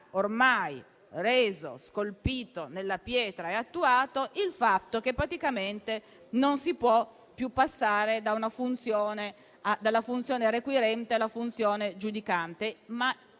ormai già scolpito nella pietra e attuato il fatto che, in pratica, non si può più passare dalla funzione requirente a quella giudicante.